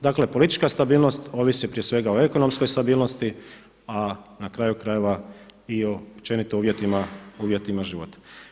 Dakle politička stabilnost ovisi prije svega o ekonomskoj stabilnosti a na kraju krajeva i općenito o uvjetima života.